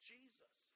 Jesus